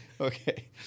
Okay